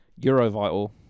Eurovital